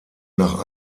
nach